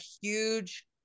huge